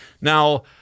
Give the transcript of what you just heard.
Now